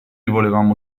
volevamo